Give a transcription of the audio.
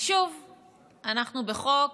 שוב אנחנו בחוק